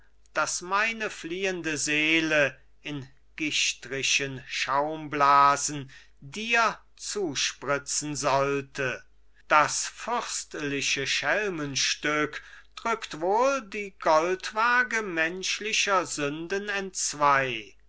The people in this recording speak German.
daß meine fliehende seele in gichtrischen schaumblasen dir zusprützen sollte das fürstliche schelmenstück drückt wohl die goldwaage menschlicher sünden entzwei